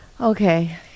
Okay